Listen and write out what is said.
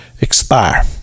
expire